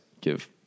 give